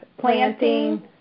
planting